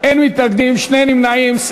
אין מתנגדים, שני נמנעים.